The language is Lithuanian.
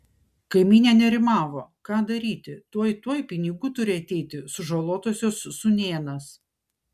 kaimynė nerimavo ką daryti tuoj tuoj pinigų turi ateiti sužalotosios sūnėnas